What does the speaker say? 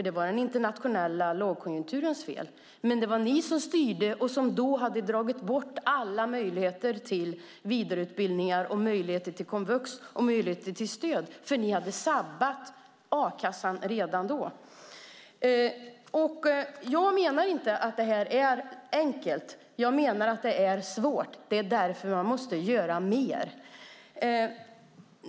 Det var den internationella lågkonjunkturens fel, men det var ni som styrde och hade dragit bort alla möjligheter till vidareutbildning, komvux och stöd. Ni hade sabbat a-kassan redan då. Jag menar inte att det här är enkelt. Jag menar att det är svårt, och det är därför som man måste göra mer.